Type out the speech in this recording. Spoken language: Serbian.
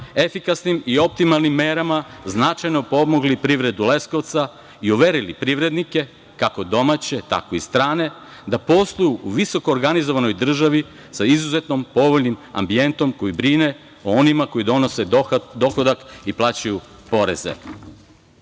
efikasnim i optimalnim merama značajno pomogli privredu Leskovca i uverili privrednike, kako domaće, tako i strane, da posluju u visoko organizovanoj državi sa izuzetno povoljnim ambijentom koji brine o onima koji donose dohodak i plaćaju poreze. Danas